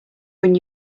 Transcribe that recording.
when